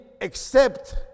accept